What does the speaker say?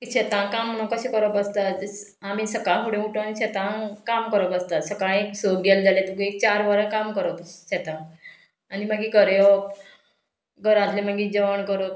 शेतां काम म्हणून कशें करप आसता आमी सकाळ फुडें उठोन शेतांक काम करप आसता सकाळी सक गेले जाल्यार तुवें एक चार वरां काम करप शेतांक आनी मागीर घर येवप घरांतलें मागीर जेवण करप